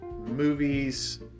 movies